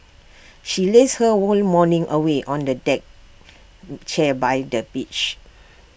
she lazed her whole morning away on the deck chair by the beach